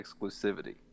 exclusivity